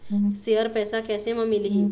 Share पैसा कैसे म मिलही?